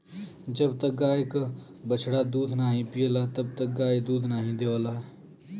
जब तक गाय क बछड़ा दूध नाहीं पियला तब तक गाय दूध नाहीं देवला